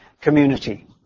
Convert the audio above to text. community